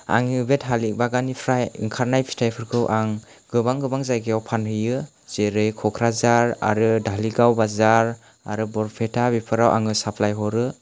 आंनि बे थालिर बागाननिफ्राय ओंखारनाय फिथाइफोरखौ आं गोबां गोबां जायगायाव फानहैयो जेरै क'क्राझार आरो धालिगाव बाजार आरो बरपेटा बेफोराव आङो साप्लाइ हरो